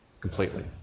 completely